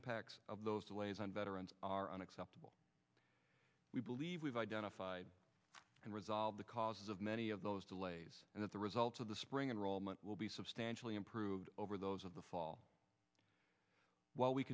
impacts of those delays on veterans are unacceptable we believe we've identified and resolved the causes of many of those delays and that the results of the spring and roll month will be substantially improved over those of the fall while we